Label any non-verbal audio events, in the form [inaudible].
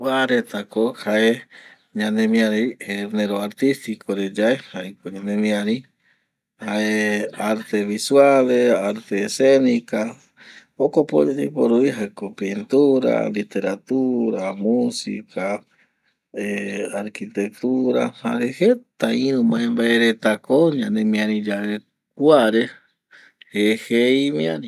Kua reta ko jae ñanemiari genero artistico re yae jaeko ñanemiari jae arte visuales, arte escenica, jokope oyeporu vi jaeko pintura, literatura, musica [hesitation] arquitectura jare jeta iru maembae reta ko ñanemiari yave kua re jeje imiari